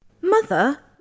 Mother